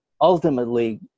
ultimately